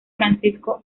francisco